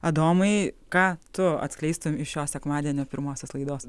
adomai ką tu atskleistum iš šios sekmadienio pirmosios laidos